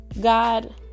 God